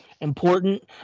important